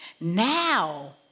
Now